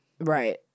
Right